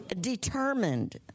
Determined